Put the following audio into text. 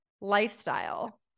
lifestyle